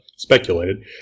Speculated